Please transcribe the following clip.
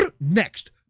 next